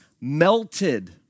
melted